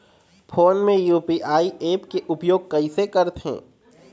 Phone मे UPI app के उपयोग कइसे करथे?